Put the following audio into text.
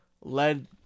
led